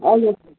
अनि